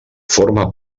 forma